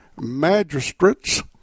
magistrates